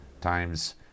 times